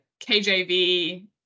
KJV